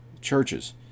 churches